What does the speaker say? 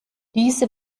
diese